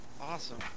awesome